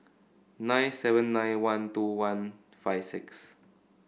nine seven nine one two one five six